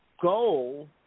goal